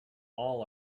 all